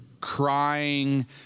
crying